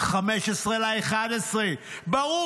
15 בנובמבר: "ברור,